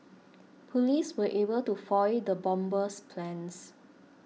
police were able to foil the bomber's plans